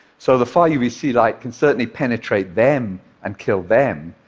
so the far-uvc light can certainly penetrate them and kill them,